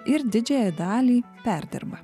ir didžiąją dalį perdirba